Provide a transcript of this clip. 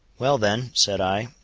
well then, said i,